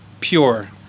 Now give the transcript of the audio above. pure